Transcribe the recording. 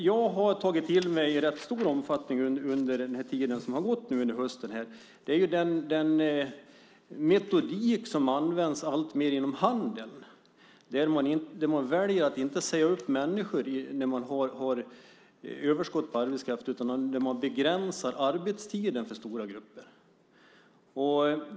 Jag har i rätt stor omfattning under den tid som har gått under hösten här tagit till mig att den metodik som används alltmer inom handeln går ut på att man väljer att inte säga upp människor när man har överskott på arbetskraft, utan man begränsar arbetstiden för stora grupper.